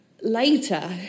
Later